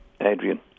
Adrian